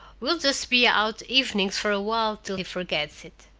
we'll just be out evenings for a while till he forgets it.